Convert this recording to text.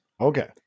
Okay